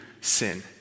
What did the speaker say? sin